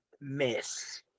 Miss